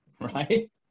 right